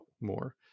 more